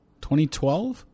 2012